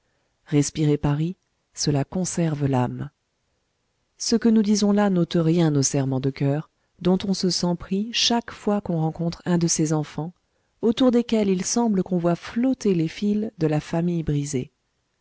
respirer paris cela conserve l'âme ce que nous disons là n'ôte rien au serrement de coeur dont on se sent pris chaque fois qu'on rencontre un de ces enfants autour desquels il semble qu'on voie flotter les fils de la famille brisée